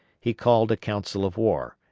he called a council of war,